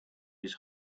his